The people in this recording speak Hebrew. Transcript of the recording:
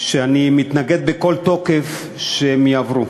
שאני מתנגד בכל תוקף שהם יעברו.